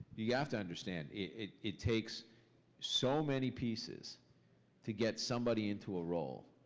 you have to understand, it it takes so many pieces to get somebody into a role,